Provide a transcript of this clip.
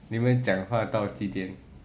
你们讲话到几点